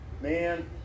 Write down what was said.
Man